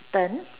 turn